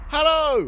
Hello